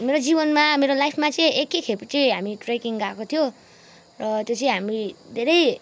मेरो जीवनमा मेरो लाइफमा चाहिँ एकैखेप चाहिँ हामी ट्रेकिङ गएको थियो र त्यो चाहिँ हामी धेरै